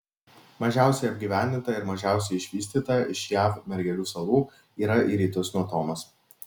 mažiausiai apgyvendinta ir mažiausiai išvystyta iš jav mergelių salų yra į rytus nuo thomas